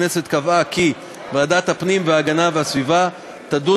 ועדת הכנסת קבעה כי ועדת הפנים והגנת הסביבה תדון